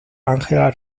ángela